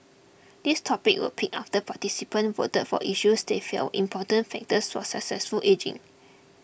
these topics were picked after participants voted for issues they felt important factors for successful ageing